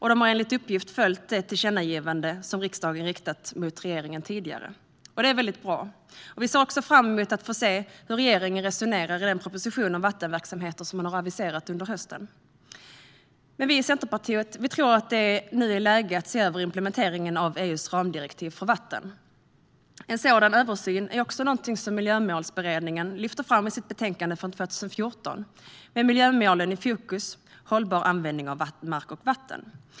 Man har enligt uppgift följt det tillkännagivande som riksdagen tidigare riktat till regeringen. Det är väldigt bra. Vi ser också fram emot att få se hur regeringen resonerar i den proposition om vattenverksamheter som man har aviserat under hösten. Men vi i Centerpartiet tror att det nu är läge att se över implementeringen av EU:s ramdirektiv för vatten. En sådan översyn är också något som Miljömålsberedningen lyfter fram i sitt betänkande från 2014 Med miljömålen i fokus - hållbar användning av mark och vatten .